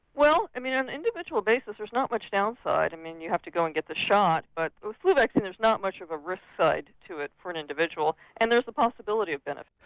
well i mean on an individual basis there's not much downside, i mean you have to go and get the shot, but with the flu vaccine there's not much of a risk side to it for an individual and there is the possibility of benefit.